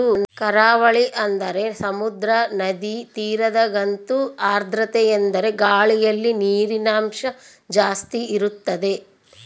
ಕರಾವಳಿ ಅಂದರೆ ಸಮುದ್ರ, ನದಿ ತೀರದಗಂತೂ ಆರ್ದ್ರತೆಯೆಂದರೆ ಗಾಳಿಯಲ್ಲಿ ನೀರಿನಂಶ ಜಾಸ್ತಿ ಇರುತ್ತದೆ